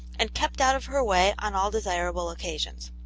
and kept out of her way on all desirable occasions.